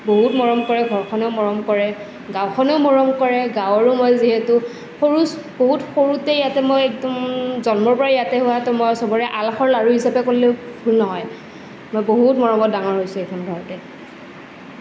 বহুত মৰম কৰে ঘৰখনেও মৰম কৰে গাঁওখনেও মৰম কৰে গাঁৱৰো মই যিহেতু সৰু বহুত সৰুতেই ইয়াতে মই একদম জন্মৰ পৰা ইয়াতে হোৱা তো সবৰে মই আলাসৰ লাড়ু হিচাপে ক'লেও ভুল নহয় মই বহুত মৰমত ডাঙৰ হৈছোঁ এইখন ঘৰতে